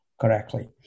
correctly